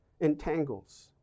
entangles